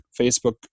Facebook